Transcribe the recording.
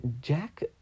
Jack